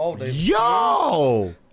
Yo